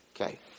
Okay